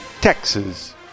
Texas